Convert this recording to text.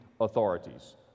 authorities